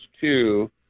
two